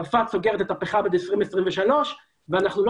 צרפת סוגרת את הפחם עד 2023. אנחנו לא